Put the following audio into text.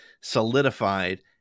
solidified